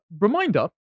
reminder